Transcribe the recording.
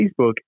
Facebook